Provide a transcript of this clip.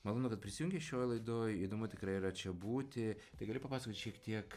malonu kad prisijungei šioj laidoj įdomu tikrai yra čia būti tai gali papasakot šiek tiek